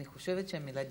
אני חושבת שהמילה "דמוקרטית"